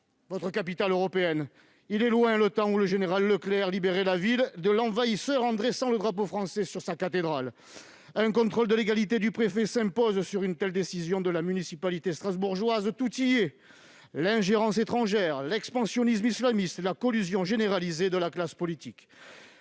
votre capitale européenne ! Il est loin le temps où le général Leclerc libérait la ville de l'envahisseur en dressant le drapeau français sur sa cathédrale. Un contrôle de légalité du préfet s'impose sur une telle décision de la municipalité strasbourgeoise. Tout y est : l'ingérence étrangère, l'expansionnisme islamiste et la collusion généralisée de la classe politique